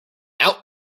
out